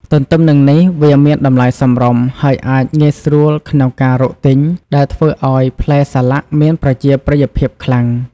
ទន្ទឹមនឹងនេះ វាមានតម្លៃសមរម្យ ហើយអាចងាយស្រួលក្នុងការរកទិញ ដែលធ្វើឱ្យផ្លែសាឡាក់មានប្រជាប្រិយភាពខ្លាំង។